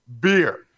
beer